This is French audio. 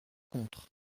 contre